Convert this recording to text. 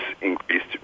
increased